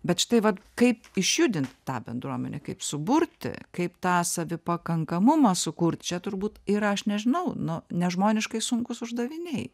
bet štai va kaip išjudint tą bendruomenę kaip suburti kaip tą savi pakankamumą sukurt čia turbūt ir aš nežinau nu nežmoniškai sunkūs uždaviniai